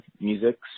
music